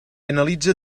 analitza